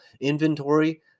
inventory